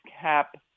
cap